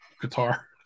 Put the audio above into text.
guitar